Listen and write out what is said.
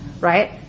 right